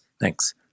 Thanks